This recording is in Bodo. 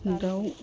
दाउ